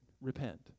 Repent